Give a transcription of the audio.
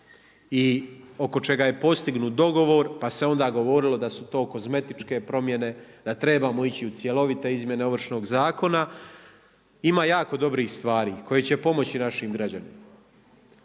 i oko čega je postignut dogovor, pa se onda govorilo da su to kozmetičke promjene, da trebamo ići u cjelovite izmjene Ovršnog zakona. Ima jako dobrih stvari koje će pomoći našim građanima.